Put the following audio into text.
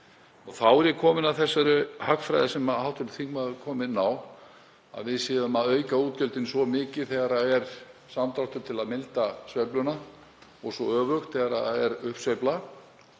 Þá er ég kominn að þeirri hagfræði sem hv. þingmaður kom inn á, að við séum að auka útgjöldin svo mikið þegar er samdráttur til að milda sveifluna og svo öfugt þegar er uppsveifla.